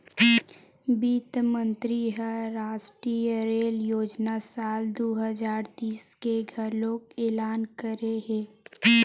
बित्त मंतरी ह रास्टीय रेल योजना साल दू हजार तीस के घलोक एलान करे हे